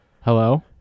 hello